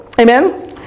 Amen